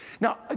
Now